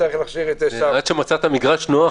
מצאת מגרש נוח.